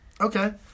okay